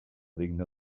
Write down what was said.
digna